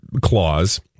Clause